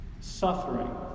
suffering